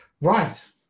Right